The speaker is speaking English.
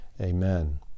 amen